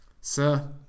Sir